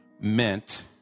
meant